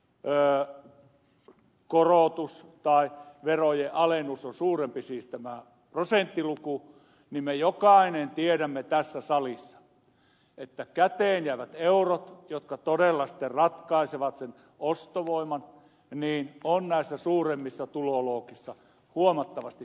pää on korotus prosentuaalinen verojen alennus on suurempi siis tämä prosenttiluku niin me jokainen tiedämme tässä salissa että käteen jäävät eurot jotka todella sitten ratkaisevat sen ostovoiman ovat näissä suuremmissa tuloluokissa huomattavasti suuremmat